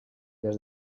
des